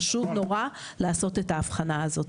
חשוב נורא לעשות את ההבחנה הזאת.